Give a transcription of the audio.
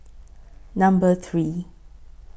Number three